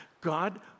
God